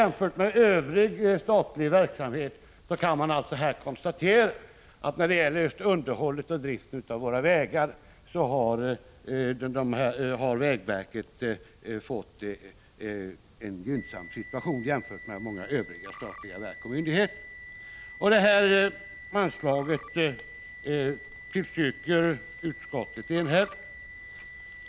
Man kan konstatera att när det gäller underhållet och driften av våra vägar har vägverket fått en gynnsam situation jämfört med många övriga statliga verk och myndigheter. Detta anslag tillstyrker utskottet enhälligt.